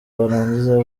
barangiza